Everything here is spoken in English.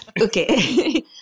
okay